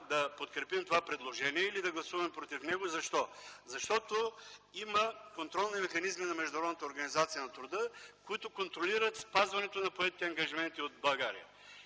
да подкрепим това предложение, или да гласуваме против него. Защо? Защото има контролни механизми на Международната организация на труда, които контролират спазването на поетите ангажименти от България,